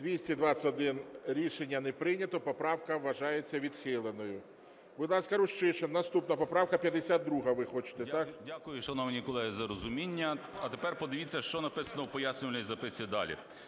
За-221 Рішення не прийнято, поправка вважається відхиленою. Будь ласка, Рущишин, наступна поправка 52, ви хочете, так? 14:01:13 РУЩИШИН Я.І. Дякую, шановні колеги, за розуміння. А тепер подивіться що написано в пояснювальній записці далі.